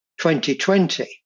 2020